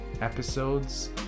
episodes